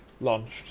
launched